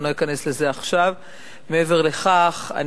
אני